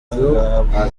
azahabwa